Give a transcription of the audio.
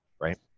right